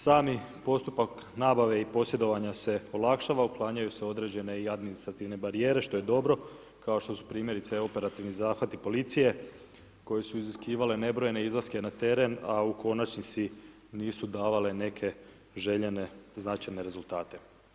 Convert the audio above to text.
Sami postupak nabave i posjedovanja se olakšava, otklanjaju se određene administrativne barijere što je dobro, kao što su primjerice operativni zahvati policije koji su iziskivali nebrojene izlaske na teren, a u konačnici nisu davale neke željene značajne rezultate.